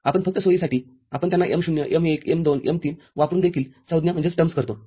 आपण फक्त सोयीसाठी आपण त्यांना m0 m१ m२ m३ वापरून देखील संज्ञा करतो